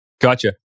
Gotcha